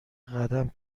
قدم